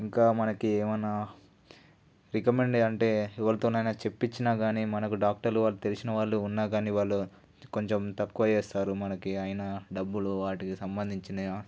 ఇంకా మనకి ఏమైనా రికమండేషన్ అంటే ఎవరితోనైనా చెప్పించినా కానీ మనకు డాక్టర్లు వారు తెలిసిన వాళ్ళు ఉన్నా కానీ వాళ్ళు కొంచెం తక్కువ చేస్తారు మనకి ఆయన డబ్బులు వాటికి సంబంధించినవి